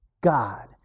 God